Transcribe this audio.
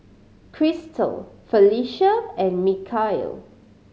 Chrystal Felisha and Mikal